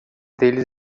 deles